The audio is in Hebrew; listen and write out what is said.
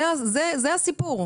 זה הסיפור.